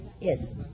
Yes